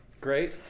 Great